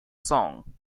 song